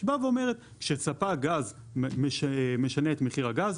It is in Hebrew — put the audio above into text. שבאה ואומרת שספק גז משנה את מחיר הגז,